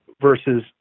versus